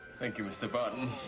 thank you, mr. barton.